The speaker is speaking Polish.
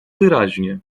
wyraźnie